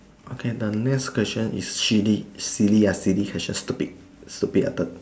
okay the next question is silly silly uh silly question stupid stupid uh turn